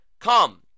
come